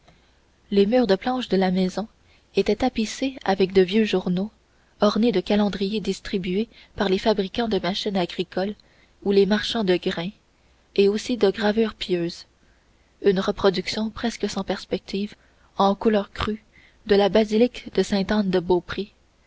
les murs de planches de la maison étaient tapissés avec de vieux journaux ornés de calendriers distribués par les fabricants de machines agricoles ou les marchands de grain et aussi de gravures pieuses une reproduction presque sans perspective en couleurs crues de la basilique de sainte anne de beaupré